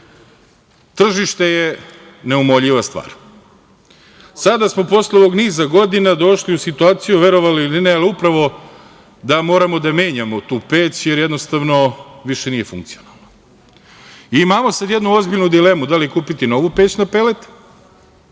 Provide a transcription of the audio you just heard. Tržište je neumoljiva stvar. Sada smo, posle ovog niza godina, došli u situaciju, verovali ili ne, ali upravo da moramo da menjamo tu peć, jer jednostavno više nije funkcionalna. Imamo sad jednu ozbiljnu dilemu – da li kupiti novu peć na pelet